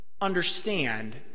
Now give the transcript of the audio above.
understand